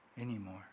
anymore